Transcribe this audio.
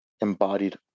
embodied